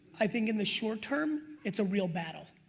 i think in the short term it's a real battle.